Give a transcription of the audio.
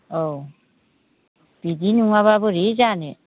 औ बिदि नङाबा बोरै जानो